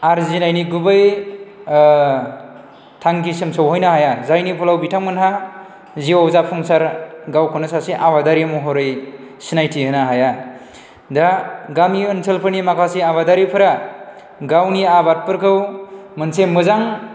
आरजिनायनि गुबै थांखिसिम सौहैनो हाया जायनि फलाव बिथांमोनहा जिउवाव जाफुंसार गावखौनो सासे आबादारि महरै सिनायथि होनो हाया दा गामि ओनसोलफोरनि माखासे आबादारिफोरा गावनि आबादफोरखौ मोनसे मोजां